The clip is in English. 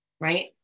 Right